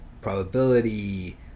probability